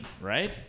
right